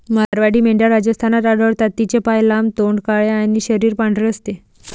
मारवाडी मेंढ्या राजस्थानात आढळतात, तिचे पाय लांब, तोंड काळे आणि शरीर पांढरे असते